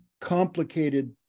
complicated